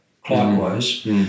clockwise